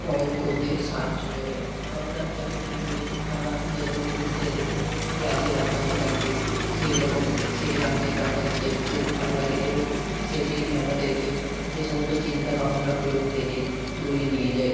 প্রয়োগ করতে সাহায্য করে আমরা এক একটি করে তারা যেরকম গুনতে থাকি রাতের আকাশে তাকিয়ে সেই রকম সেই রাতের আকাশ দেখতেও ভালো লাগে এবং সেটি আমাদেরকে এ সমস্ত চিন্তাভাবনাগুলোর থেকে দূরে নিয়ে যায়